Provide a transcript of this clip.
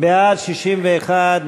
בעד 61,